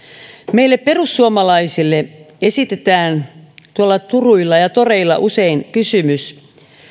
meille perussuomalaisille esitetään tuolla turuilla ja toreilla usein kysymys